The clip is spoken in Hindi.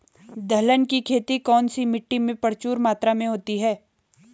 दलहन की खेती कौन सी मिट्टी में प्रचुर मात्रा में होती है?